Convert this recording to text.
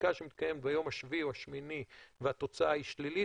בדיקה שמתקיימת ביום השביעי או השמיני והתוצאה היא שלילית,